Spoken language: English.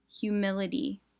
humility